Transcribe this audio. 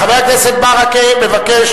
חבר הכנסת ברכה מבקש